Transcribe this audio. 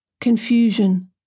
confusion